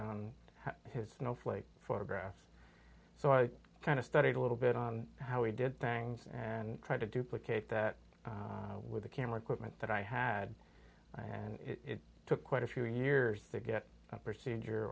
on his snowflake photographs so i kind of studied a little bit on how he did bangs and try to duplicate that with the camera equipment that i had and it took quite a few years to get procedure